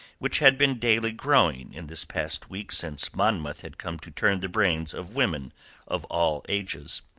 which had been daily growing in this past week since monmouth had come to turn the brains of women of all ages.